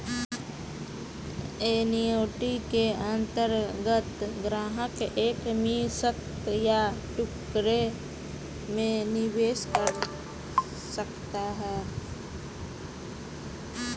annuity के अंतर्गत ग्राहक एक मुश्त या टुकड़ों में निवेश कर सकता है